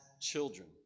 children